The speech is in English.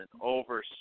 Over